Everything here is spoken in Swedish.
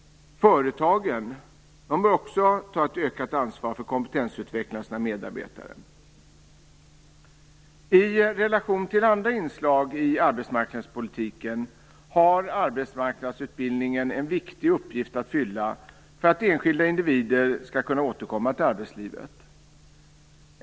Företagen bör också ta ett ökat ansvar för kompetensutveckling av sina medarbetare. I relation till andra inslag i arbetsmarknadspolitiken har arbetsmarknadsutbildningen en viktig uppgift att fylla för att enskilda individer skall kunna återkomma till arbetslivet.